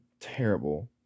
terrible